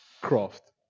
craft